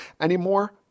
anymore